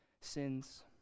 sins